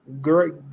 great